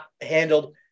handled